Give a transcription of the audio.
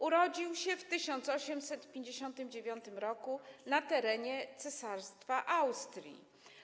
Urodził się w 1859 r. na terenie Cesarstwa Austrii.